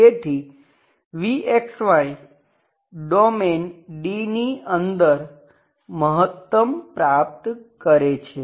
તેથી vxy domain D ની અંદર મહત્તમ પ્રાપ્ત કરે છે